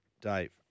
Dave